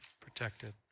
protected